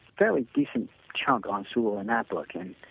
fairly decent chunk on sewall in that book and